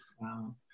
Wow